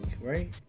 right